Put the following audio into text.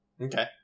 Okay